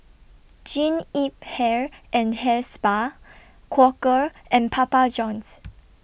Jean Yip Hair and Hair Spa Quaker and Papa Johns